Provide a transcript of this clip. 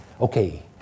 okay